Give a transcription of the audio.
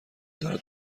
دارد